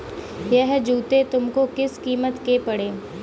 यह जूते तुमको किस कीमत के पड़े?